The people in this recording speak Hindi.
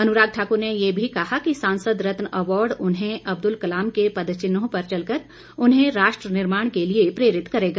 अनुराग ठाकुर ने ये भी कहा कि सांसद रत्न अवार्ड उन्हें अब्दुल कलाम के पदचिन्हों पर चलकर उन्हे राष्ट्र निर्माण के लिए प्रेरित करेगा